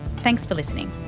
thanks for listening